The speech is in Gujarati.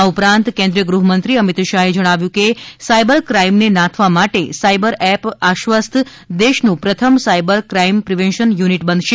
આ ઉપરાંત કેન્દ્રિય ગૃહમંત્રી અમિતશાહે જણાવ્યું હતું કે સાઇબર ક્રાઇમને નાથવા માટે સાઇબર એપ આશ્વસ્ત દેશનું પ્રથમ સાઇબર ક્રાઇમ પ્રિવેન્સન યુનિટ બનશે